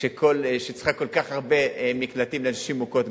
שהיא צריכה כל כך הרבה מקלטים לנשים מוכות.